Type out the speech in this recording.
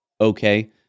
okay